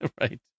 Right